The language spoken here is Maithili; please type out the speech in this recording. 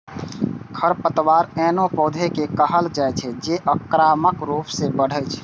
खरपतवार एहनो पौधा कें कहल जाइ छै, जे आक्रामक रूप सं बढ़ै छै